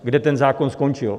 Kde ten zákon skončil?